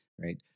right